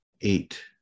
eight